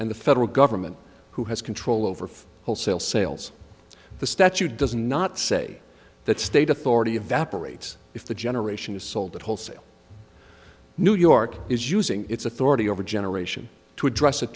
and the federal government who has control over wholesale sales the statute doesn't not say that state authority evaporates if the generation is sold at wholesale new york is using its authority over generation to address a